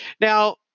Now